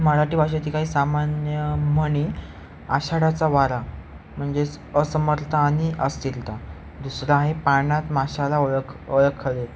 मराठी भाषेतील काही सामान्य म्हणी आषाढाचा वारा म्हणजेच असमर्थ आणि अस्थिरता दुसरा आहे पाण्यात माशाला ओळख ओळखले